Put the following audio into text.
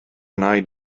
nain